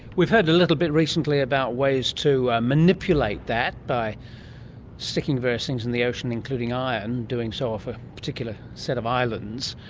we've heard a little bit recently about ways to manipulate that by sticking various things in the ocean, including iron, and doing so off a particular set of islands.